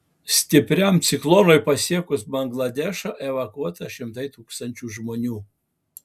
galingam ciklonui pasiekus bangladešą evakuota šimtai tūkstančių žmonių